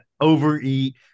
Overeat